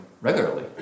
regularly